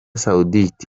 saoudite